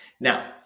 Now